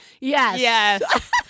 yes